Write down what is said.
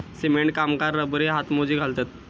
cement कामगार रबरी हातमोजे घालतत